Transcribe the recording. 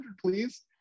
please